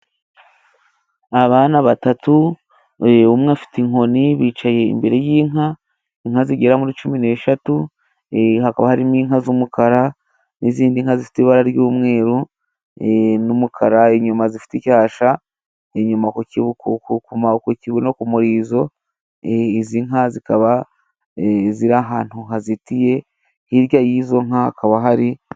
Abana batatu, umwe afite inkoni bicaye imbere y'inka , inka zigera kuri cumi n'eshatu hakaba harimo inka z'umukara n'izindi nka zifite ibara ry'umweru n'umukara inyuma zifite icyasha inyuma ku kibuno ku murizo izi nka zikaba ziri ahantu hazitiye hirya y'izo nka hakaba hari.